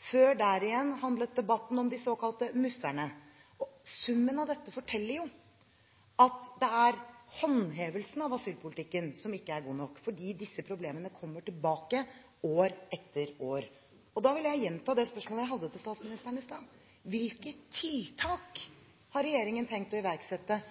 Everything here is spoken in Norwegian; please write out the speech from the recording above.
og før det igjen handlet debatten om de såkalte MUF-erne. Summen av dette forteller at det er håndhevelsen av asylpolitikken som ikke er god nok, for disse problemene kommer tilbake år etter år. Da vil jeg gjenta det spørsmålet jeg hadde til statsministeren i stad: Hvilke tiltak har regjeringen tenkt å iverksette